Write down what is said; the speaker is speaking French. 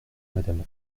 madame